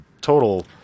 total